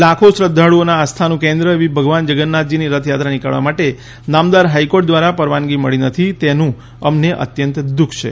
લાખો શ્રધ્ધાળુઓના આસ્થાનું કેન્દ્ર એવી ભગવાન જગન્નાથજીની રથયાત્રા નિકાળવા માટે નામદાર હાઇકોર્ટ દ્વારા પરવાનગી મળી નથી તેનું અમને અત્યંત દુખ છે